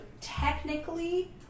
technically